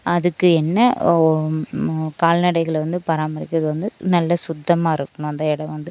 அதுக்கு என்ன ஓ கால்நடைகளை வந்து பராமரிக்கிறது வந்து நல்ல சுத்தமாக இருக்கணும் அந்த இடம் வந்து